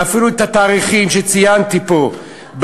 אפילו את התאריכים שציינתי פה,